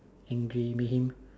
angry make him